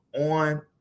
on